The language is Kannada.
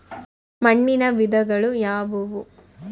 ಮಣ್ಣಿನ ವಿಧಗಳು ಯಾವುವು?